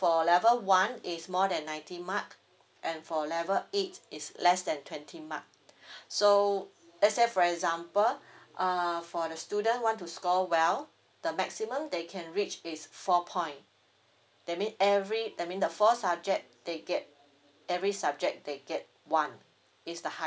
for level one is more than ninety mark and for level eight is less than twenty mark so let's say for example err for the student want to score well the maximum they can reach is four point that mean every that mean the four subject they get every subject they get one is the